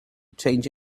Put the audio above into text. change